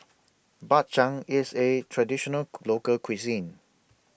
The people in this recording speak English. Bak Chang IS A Traditional Local Cuisine